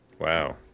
Wow